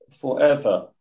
forever